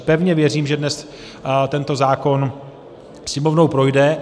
Pevně věřím, že dnes tento zákon Sněmovnou projde.